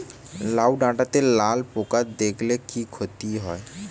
লাউ ডাটাতে লালা পোকা দেখালে কি ক্ষতি হয়?